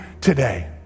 today